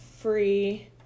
free